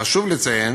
חשוב לציין